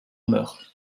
meurt